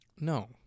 No